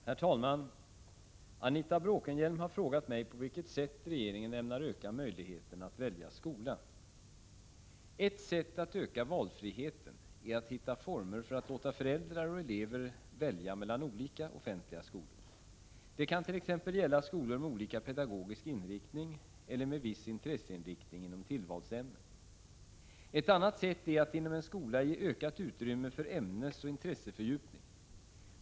Herr talman! Anita Bråkenhielm har frågat mig på vilket sätt regeringen ämnar öka möjligheterna att välja skola. Ett sätt att öka valfriheten är att hitta former för att låta föräldrar och elever välja mellan olika offentliga skolor. Det kan t.ex. gälla skolor med olika pedagogisk inriktning eller med viss intresseinriktning inom tillvalsämnen. Ett annat är att inom en skola ge ökat utrymme för ämnesoch intressefördjupning.